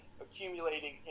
accumulating